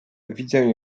widzę